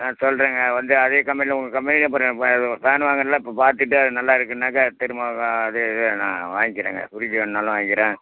நான் சொல்கிறேங்க வந்து அதே கம்பெனியில் உங்கள் கம்பெனியில் அப்புறம் பே இது ஃபேனு வாங்கிறேன்ல அப்போ பார்த்துட்டு அது நல்லாயிருக்குன்னாக்க திரும்ப அதே இது நான் வாங்கிறேங்க ஃப்ரிட்ஜ் வேணும்னாலும் வாங்கிக்கிறேன்